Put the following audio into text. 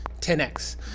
10x